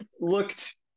looked –